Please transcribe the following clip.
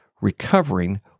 recovering